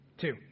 Two